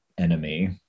enemy